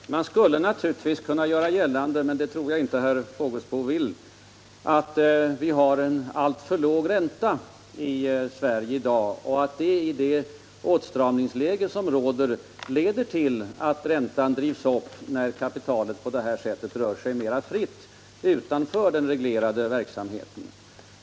Herr talman! Man skulle naturligtvis kunna göra gällande — men det tror jag inte att herr Fågelsbo vill göra — att vi har en alltför låg ränta i Sverige i dag och att det är detta som, i det åtstramningsläge som nu råder, medför ett högre ränteläge på det kapital som rör sig fritt utanför den reglerade kreditmarknaden.